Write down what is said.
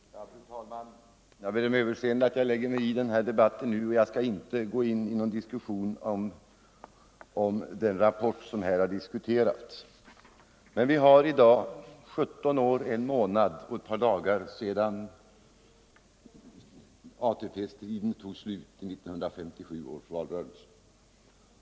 Fru talman! Jag ber om överseende för att jag lägger mig i den här debatten nu, och jag skall inte gå in i någon diskussion om den rapport som här har diskuterats. Men det är i dag 17 år, en månad och ett par dagar sedan ATP-striden tog slut efter 1957 års valrörelse.